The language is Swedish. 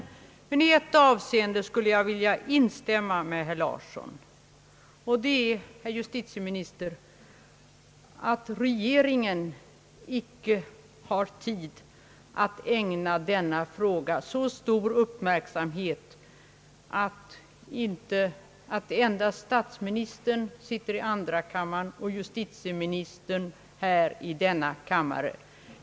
På en punkt skulle jag dock i stället vilja instämma med herr Larsson, nämligen i hans påpekande alt regeringen tydligen inte har tid att ägna denna fråga så stor uppmärksamhet att flera regeringsledamöter följer debatten. Nu sitter endast statsministern i andra kammaren och justitieministern i denna kammare.